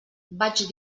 vaig